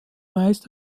meist